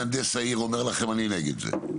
מהנדס העיר אומר לכם שהוא נגד זה,